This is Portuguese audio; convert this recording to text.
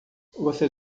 você